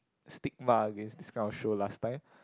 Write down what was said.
stigma against this kind of show last time